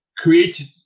created